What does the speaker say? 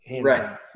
right